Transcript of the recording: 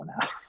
now